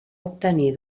obtenir